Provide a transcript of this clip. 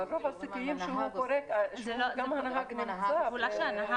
אבל רוב הסיכויים, כשהוא פורק גם הנהג נמצא.